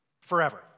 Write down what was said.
forever